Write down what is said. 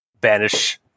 banish